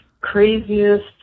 craziest